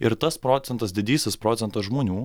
ir tas procentas didysis procentas žmonių